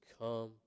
come